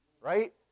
right